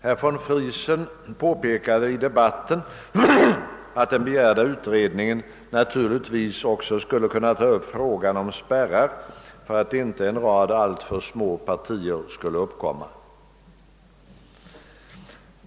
Herr von Friesen påpekade i debatten att den begärda utredningen naturligtvis också skulle kunna ta upp frågan om spärrar, för att inte en rad alltför små partier skulle uppkomma.